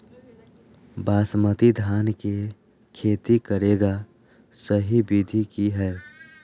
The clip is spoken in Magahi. बासमती धान के खेती करेगा सही विधि की हय?